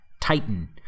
Titan